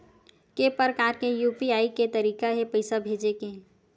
के प्रकार के यू.पी.आई के तरीका हे पईसा भेजे के?